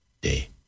day